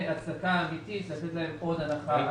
לתת להם עוד הנחה.